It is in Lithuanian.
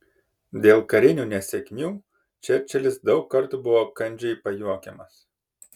dėl karinių nesėkmių čerčilis daug kartų buvo kandžiai pajuokiamas